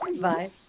Bye